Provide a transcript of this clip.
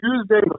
Tuesday